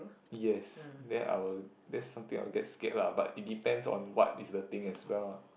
yes then I will that's something that I will get scared lah but it depends what is the thing as well lah